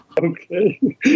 Okay